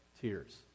tears